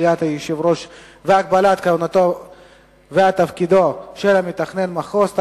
קביעת היושב-ראש והגבלת כהונתו ותפקידו של מתכנן מחוז),